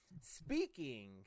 speaking